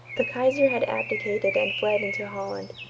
the kaiser had abdicated and fled into holland.